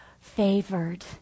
favored